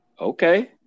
Okay